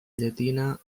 llatina